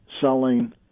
selling